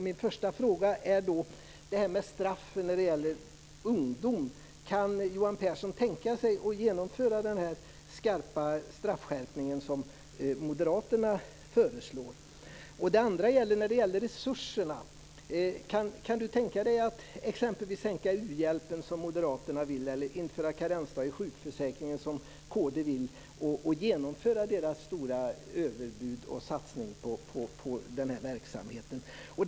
Min första fråga gäller straff för ungdomar. Kan Johan Pehrson tänka sig att genomföra den skarpa straffskärpning som Moderaterna föreslår? Den andra frågan gäller resurserna. Kan Johan Pehrson tänka sig att exempelvis sänka u-hjälpen, som Moderaterna vill, eller införa karensdagar i sjukförsäkringen, som kd vill och genomföra deras stora överbud och satsning på verksamheten?